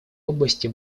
области